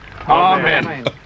Amen